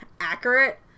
accurate